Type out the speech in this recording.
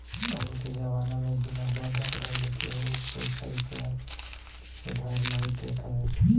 अबके जमाना में बिना बंधक धइले केहू पईसा रूपया उधार नाइ देत हवे